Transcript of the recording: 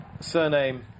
Surname